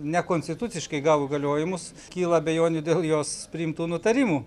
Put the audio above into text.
nekonstituciškai gavo įgaliojimus kyla abejonių dėl jos priimtų nutarimų